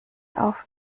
auf